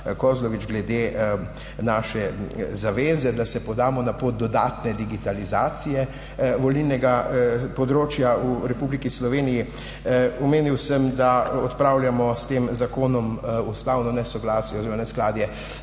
Kozlovič, glede naše zaveze, da se podamo na pot dodatne digitalizacije volilnega področja v Republiki Sloveniji. Omenil sem, da odpravljamo s tem zakonom ustavno nesoglasje oziroma neskladje,